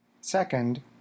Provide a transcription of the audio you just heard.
Second